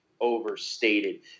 overstated